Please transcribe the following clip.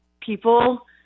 people